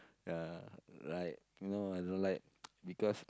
uh right you know I don't like because